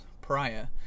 prior